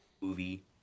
movie